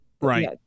Right